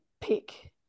pick